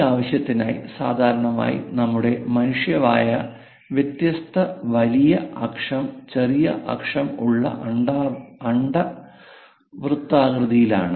ഈ ആവശ്യത്തിനായി സാധാരണയായി നമ്മുടെ മനുഷ്യ വായ വ്യത്യസ്ത വലിയ അക്ഷം ചെറിയ അക്ഷം ഉള്ള അണ്ഡവൃത്തകൃതിയിലാണ്